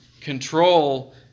control